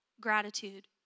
gratitude